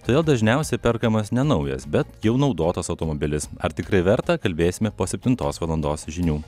todėl dažniausiai perkamas ne naujas bet jau naudotas automobilis ar tikrai verta kalbėsime po septintos valandos žinių